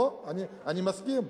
בוא, אני מסכים.